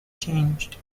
changed